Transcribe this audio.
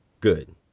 Good